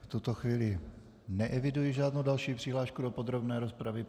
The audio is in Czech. V tuto chvíli neeviduji žádnou další přihlášku do podrobné rozpravy.